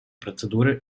процедуры